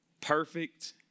Perfect